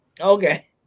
Okay